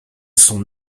son